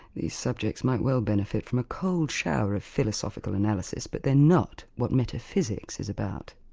these subjects might well benefit from a cold shower of philosophical analysis, but they're not what metaphysics is about.